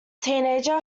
teenager